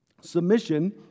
Submission